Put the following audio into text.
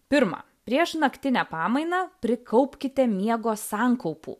pirma prieš naktinę pamainą prikaupkite miego sankaupų